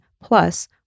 plus